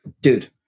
dude